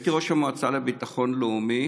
כשהייתי ראש המועצה לביטחון לאומי